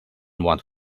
what